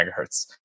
megahertz